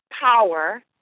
power